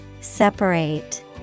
Separate